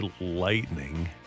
Lightning